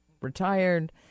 retired